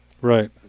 right